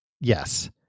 yes